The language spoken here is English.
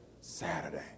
Saturday